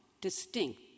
distinct